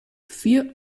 vier